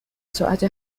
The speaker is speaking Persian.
ساعت